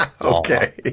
Okay